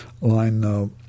Line